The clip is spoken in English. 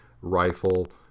rifle